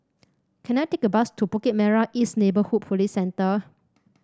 can I take a bus to Bukit Merah East Neighbourhood Police Centre